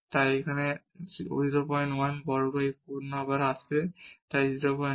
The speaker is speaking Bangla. তাই এখানে 01 বর্গ প্রোডাক্ট আসবে যা 01 হবে